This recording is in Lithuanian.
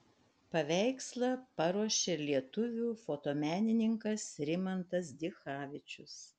paveikslą paruošė lietuvių fotomenininkas rimantas dichavičius